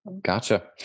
Gotcha